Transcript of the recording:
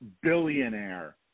billionaire